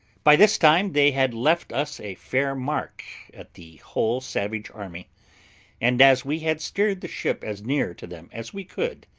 by this time they had left us a fair mark at the whole savage army and as we had sheered the ship as near to them as we could,